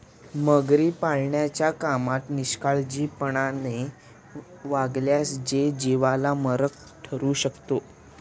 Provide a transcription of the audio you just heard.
मगरी पाळण्याच्या कामात निष्काळजीपणाने वागल्यास ते जीवाला मारक ठरू शकते